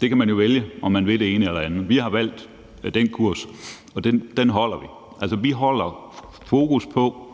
Der kan man jo vælge, om man vil gøre det ene eller det andet. Vi har valgt den kurs, og den holder vi. Vi holder fokus på,